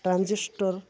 transistor